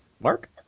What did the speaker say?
Mark